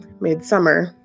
Midsummer